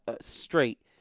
Straight